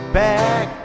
back